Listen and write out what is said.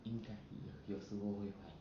应该有时候会坏